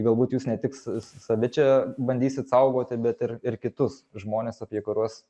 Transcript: galbūt jūs ne tik s save čia bandysit saugoti bet ir ir kitus žmones apie kuriuos